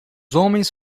homens